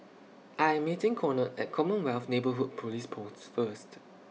I Am meeting Conard At Commonwealth Neighbourhood Police Post First